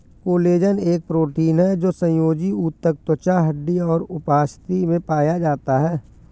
collagen एक protein है जो संयोजी ऊतक, त्वचा, हड्डी और उपास्थि में पाया जाता है